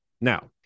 Now